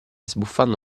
sbuffando